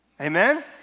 Amen